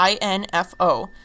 info